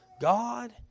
God